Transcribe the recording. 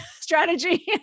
strategy